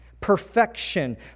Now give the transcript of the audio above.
perfection